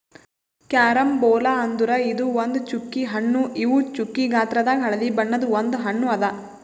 carambola ಅಂದುರ್ ಇದು ಒಂದ್ ಚ್ಚುಕಿ ಹಣ್ಣು ಇವು ಚ್ಚುಕಿ ಗಾತ್ರದಾಗ್ ಹಳದಿ ಬಣ್ಣದ ಒಂದ್ ಹಣ್ಣು ಅದಾ